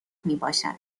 میباشد